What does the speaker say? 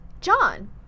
John